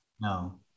No